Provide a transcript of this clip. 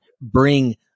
bring